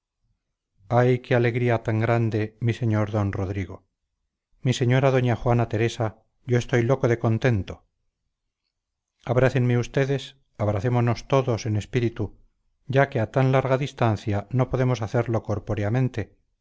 ay qué alegría tan grande mi sr d rodrigo mi señora doña juana teresa yo estoy loco de contento abrácenme ustedes abracémonos todos en espíritu ya que a tan larga distancia no podemos hacerlo corpóreamente